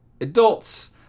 Adults